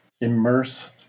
immerse